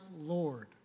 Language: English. Lord